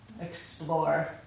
explore